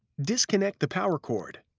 disconnect the power cord.